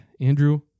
Andrew